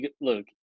look